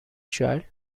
child